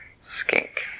skink